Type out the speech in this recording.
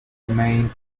remained